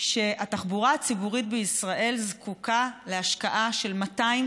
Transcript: שהתחבורה הציבורית בישראל זקוקה להשקעה של 250